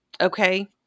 Okay